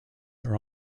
are